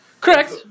Correct